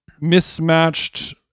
mismatched